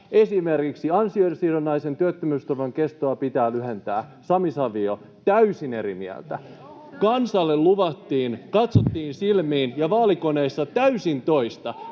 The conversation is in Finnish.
Esimerkiksi ”ansiosidonnaisen työttömyysturvan kestoa pitää lyhentää” — Sami Savio täysin eri mieltä. Kansalle luvattiin, katsottiin silmiin, ja vaalikoneissa puhutaan täysin toista.